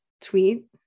tweet